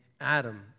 Adam